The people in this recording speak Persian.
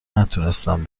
نتونستن